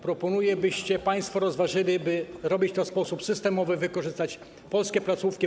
Proponuję, byście państwo rozważyli, aby robić to w sposób systemowy, aby wykorzystać polskie placówki.